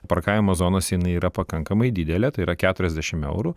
parkavimo zonose jinai yra pakankamai didelė tai yra keturiasdešimt eurų